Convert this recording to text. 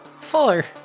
Four